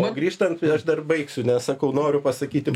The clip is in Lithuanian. o grįžtant tai aš dar baigsiu nes sakau noriu pasakyti